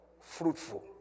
Fruitful